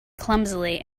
clumsily